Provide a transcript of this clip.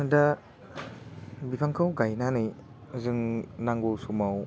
दा बिफांखौ गायनानै जों नांगौ समाव